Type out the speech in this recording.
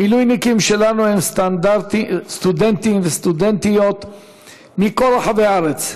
המילואימניקים שלנו הם סטודנטים וסטודנטיות מכל רחבי הארץ,